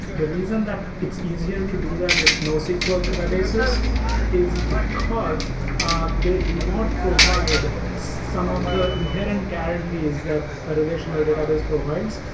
the reason that it's easier to do that with nosql databases is because ah they do not provide some of the inherent guarantees that a relational database provides,